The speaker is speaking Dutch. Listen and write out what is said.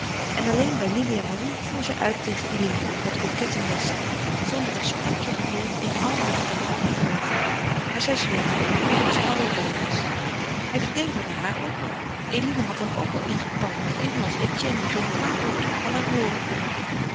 en alleen bij lili en marie voer zij uit tegen eline dat coquette nest zonder een sprankje gevoel in al haar gedraai en gelach maar zij zweeg als paul er bij was hij verdedigde haar ook al eline had hem ook al ingepalmd evenals etienne die geen kwaad woord van haar hooren kon